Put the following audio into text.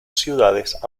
ciudades